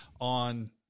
on